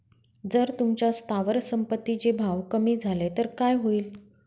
जर तुमच्या स्थावर संपत्ती चे भाव कमी झाले तर काय होईल?